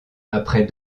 après